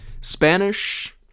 Spanish